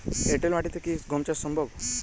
এঁটেল মাটিতে কি গম চাষ সম্ভব?